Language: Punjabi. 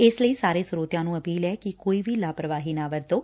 ਇਸ ਲਈ ਸਾਰੇ ਸਰੋਤਿਆਂ ਨੂੰ ਅਪੀਲ ਐ ਕਿ ਕੋਈ ਵੀ ਲਾਪਰਵਾਹੀ ਨਾ ਵਰਤੋਂ